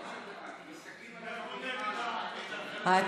וצווי סגירה מינהליים) (הוראת שעה),